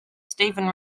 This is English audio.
steven